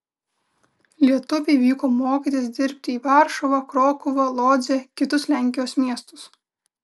lietuviai vyko mokytis dirbti į varšuvą krokuvą lodzę kitus lenkijos miestus